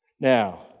Now